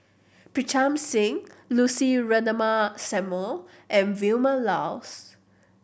Pritam Singh Lucy Ratnammah Samuel and Vilma Laus